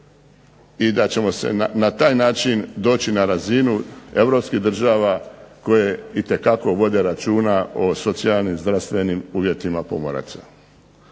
i da ćemo na taj način doći na razinu Europskih država koje itekako vode računa o socijalno-zdravstvenim uvjetima pomoraca.